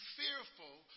fearful